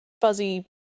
fuzzy